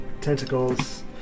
tentacles